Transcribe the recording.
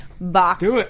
box